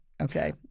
Okay